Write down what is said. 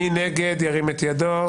מי נגד ירים את ידו?